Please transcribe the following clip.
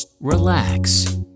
relax